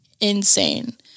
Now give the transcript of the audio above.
insane